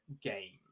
game